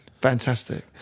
fantastic